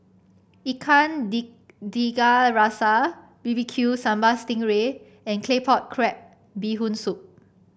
Ikan Tiga Rasa B B Q Sambal Sting Ray and Claypot Crab Bee Hoon Soup